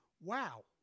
wow